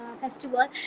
festival